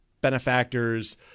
benefactors